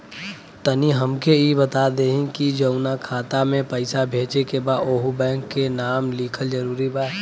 तनि हमके ई बता देही की जऊना खाता मे पैसा भेजे के बा ओहुँ बैंक के नाम लिखल जरूरी बा?